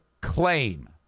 claim